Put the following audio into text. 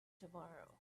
tomorrow